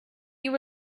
you